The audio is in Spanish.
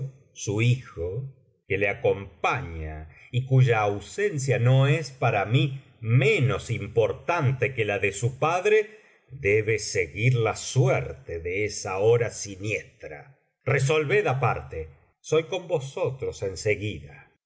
su hijo que le acompaña y cuya ausencia no es para mí menos importante que la de su padre debe seguir la suerte de esa hora siniestra resolved aparte soy con vosotros enseguida